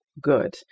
good